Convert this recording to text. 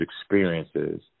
experiences